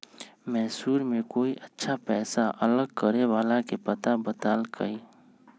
मैसूर में कोई अच्छा पैसा अलग करे वाला के पता बतल कई